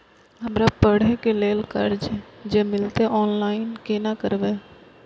हमरा पढ़े के लेल कर्जा जे मिलते ऑनलाइन केना करबे?